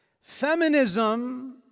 Feminism